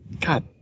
god